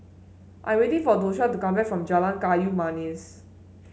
I am waiting for Tosha to come back from Jalan Kayu Manis